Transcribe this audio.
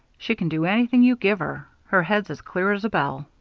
she can do anything you give her. her head's as clear as a bell.